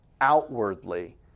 outwardly